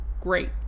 great